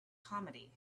comedy